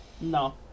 No